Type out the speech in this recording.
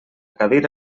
cadira